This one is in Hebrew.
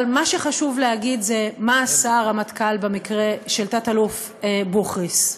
אבל מה שחשוב להגיד זה מה עשה הרמטכ"ל במקרה של תת-אלוף בוכריס.